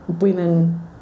women